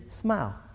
smile